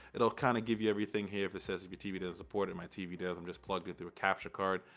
it'll kinda kind of give you everything here. if it says if your tv doesn't support it, my tv does. i'm just plugged in through a capture card.